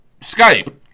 Skype